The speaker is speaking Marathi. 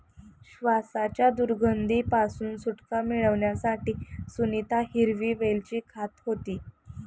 श्वासाच्या दुर्गंधी पासून सुटका मिळवण्यासाठी सुनीता हिरवी वेलची खात होती